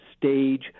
stage